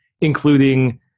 including